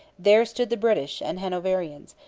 there stood the british and hanoverians,